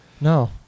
No